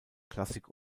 klassik